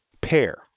pair